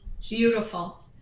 beautiful